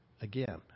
Again